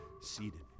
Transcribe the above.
seated